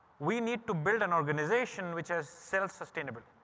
we need to build an organisation, which is self sustainable.